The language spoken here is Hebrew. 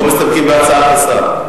או מסתפקים בהצעת השר?